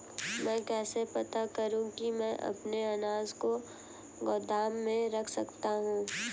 मैं कैसे पता करूँ कि मैं अपने अनाज को गोदाम में रख सकता हूँ?